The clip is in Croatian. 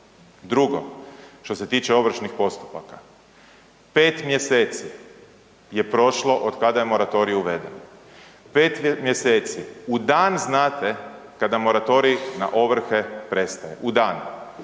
Drugo što se tiče ovršnih postupaka, 5 mjeseci je prošlo otkada je moratorij uveden, 5 mjeseci. U dan znate kada moratorij na ovrhe prestaje, u dan.